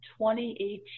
2018